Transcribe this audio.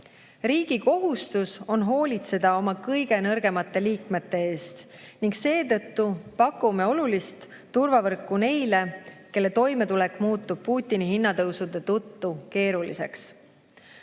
Riigi kohustus on hoolitseda oma kõige nõrgemate liikmete eest ning seetõttu pakume olulist turvavõrku neile, kelle toimetulek muutub Putini [sõjategevuse